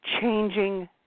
changing